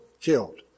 killed